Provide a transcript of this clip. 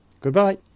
Goodbye